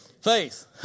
Faith